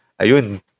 ayun